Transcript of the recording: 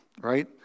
right